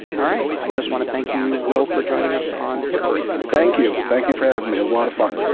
all right. i just want to thank you well for joining us on hypocrite. thank you. thank you for having me. a lot of fun